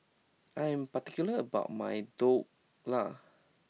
I am particular about my Dhokla